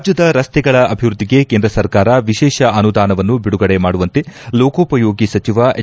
ರಾಜ್ಞದ ರಸ್ತೆಗಳ ಅಭಿವೃದ್ಧಿಗೆ ಕೇಂದ್ರಸರ್ಕಾರ ವಿಶೇಷ ಅನುದಾನವನ್ನು ಬಿಡುಗಡೆ ಮಾಡುವಂತೆ ಲೋಕೋಪಯೋಗಿ ಸಚಿವ ಹೆಚ್